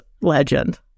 legend